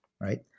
right